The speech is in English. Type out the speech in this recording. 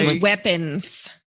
weapons